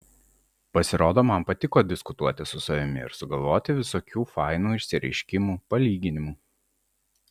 pasirodo man patiko diskutuoti su savimi ir sugalvoti visokių fainų išsireiškimų palyginimų